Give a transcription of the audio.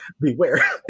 Beware